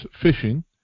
fishing